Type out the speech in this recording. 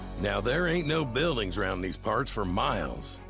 now, there ain't no buildings round these parts for miles,